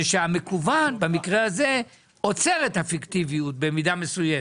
זה שהמקוון במקרה הזה עוצר את הפיקטיביות במידה מסוימת?